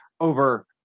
over